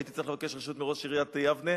הייתי צריך לבקש רשות מראש עיריית יבנה.